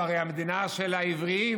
זו הרי המדינה של העבריים,